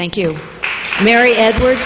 thank you mary edward